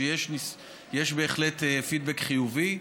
שיש בהחלט פידבק חיובי,